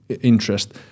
interest